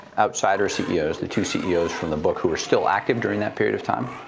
outsiders ceos, the two ceos from the book who are still active during that period of time,